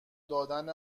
دادن